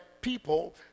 people